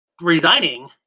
resigning